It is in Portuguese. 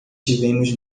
tivemos